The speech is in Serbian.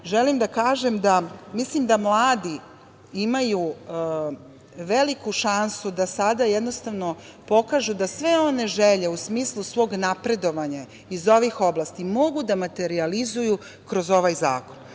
želim da kažem da mislim da mladi imaju veliku šansu da sada jednostavno pokažu da sve one želje u smislu svog napredovanja iz ovih oblasti mogu da materijalizuju kroz ovaj zakon,